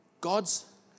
God's